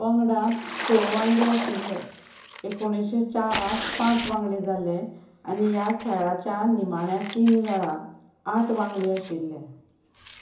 पंगडात स वांगडी आशिल्ले एकोणिश्शे चारात पांच वांगडी जाले आनी ह्या खेळाच्या निमाण्या तीन वेळा आठ वांगडी आशिल्ले